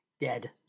Dead